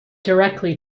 directly